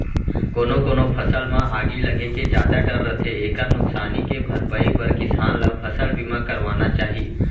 कोनो कोनो फसल म आगी लगे के जादा डर रथे एकर नुकसानी के भरपई बर किसान ल फसल बीमा करवाना चाही